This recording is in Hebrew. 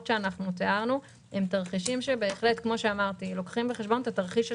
שתיארנו בהחלט לוקחים בחשבון את התרחיש השכיח,